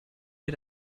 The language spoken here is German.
wir